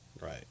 right